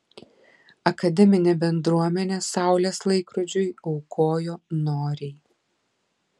akademinė bendruomenė saulės laikrodžiui aukojo noriai